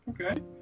Okay